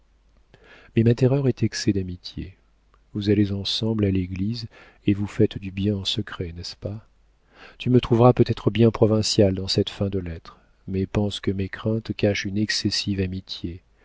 mais ma terreur est excès d'amitié vous allez ensemble à l'église et vous faites du bien en secret n'est-ce pas tu me trouveras peut-être bien provinciale dans cette fin de lettre mais pense que mes craintes cachent une excessive amitié